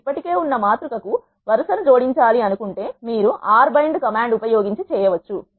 మీరు ఇప్పటికే ఉన్నా మాతృక కు వరు సను జోడించాలి అను కుంటే మీరు ఆర్ R బైండ్ కమాండ్ ఉపయోగించి చేయవచ్చు